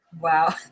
Wow